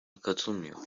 katılmıyor